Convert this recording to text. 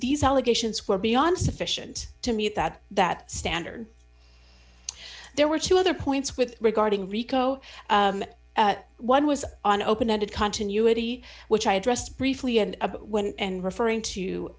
these allegations were beyond sufficient to meet that that standard there were two other points with regarding rico one was an open ended continuity which i addressed briefly when referring to